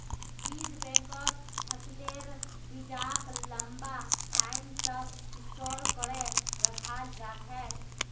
बीज बैंकत फसलेर बीजक लंबा टाइम तक स्टोर करे रखाल जा छेक